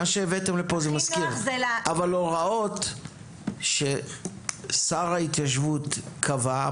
אבל הוראות ששר ההתיישבות קבע,